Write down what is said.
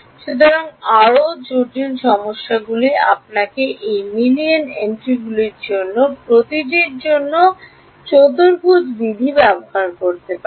সুতরাং আরওজটিল সমস্যাগুলি আপনাকে এই মিলিয়ন এন্ট্রিগুলির জন্য প্রতিটি জন্য চতুর্ভুজ বিধি ব্যবহার করতে পারে